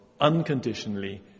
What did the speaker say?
unconditionally